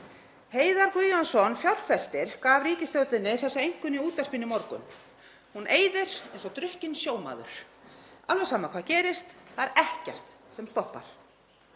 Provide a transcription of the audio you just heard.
Heiðar Guðjónsson fjárfestir gaf ríkisstjórninni þessa einkunn í útvarpinu í morgun: Hún eyðir eins og drukkinn sjómaður, alveg sama hvað gerist, það er ekkert sem stoppar.